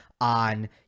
on